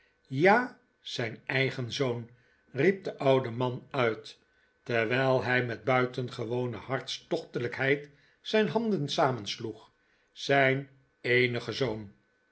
ja zijn eigen zoon riep de oude man uit terwijl hij met buitengewone hartstochtelijkheid zijn handen samensloeg zijn eenige zoon